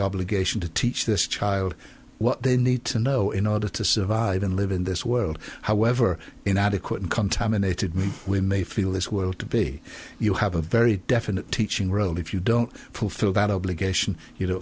obligation to teach this child what they need to know in order to survive and live in this world however inadequate and contaminated we may feel this will to be you have a very definite teaching role if you don't fulfill